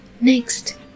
Next